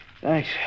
Thanks